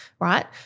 right